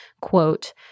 quote